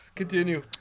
continue